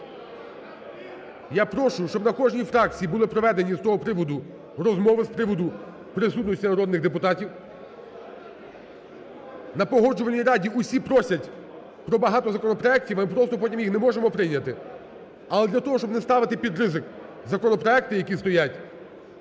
Я прошу, щоб на кожній фракції були проведені з того приводу розмови, з приводу присутності народних депутатів. На Погоджувальній раді усі просять про багато законопроектів, ми просто потім їх не можемо прийняти, але для того, щоб не ставити під ризик законопроекти, які стоять,